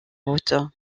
route